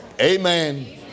Amen